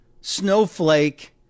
snowflake